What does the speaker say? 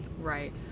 Right